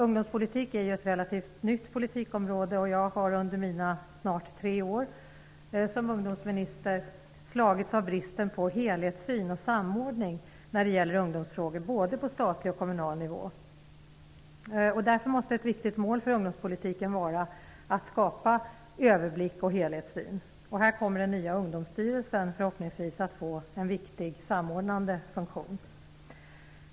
Ungdomspolitik är ett relativt nytt politikområde, och jag har under mina snart tre år som ungdomsminister slagits av bristen på helhetssyn och samordning när det gäller ungdomsfrågor både på statlig och på kommunal nivå. Ett viktigt mål för ungdomspolitiken måste därför vara att skapa överblick och helhetssyn. Här kommer den nya ungdomsstyrelsen förhoppningsvis att få en viktig samordnande funktion.